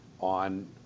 on